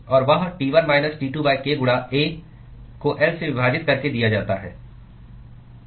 और वह T1 minus T2k गुणा A को L से विभाजित करके दिया जाता है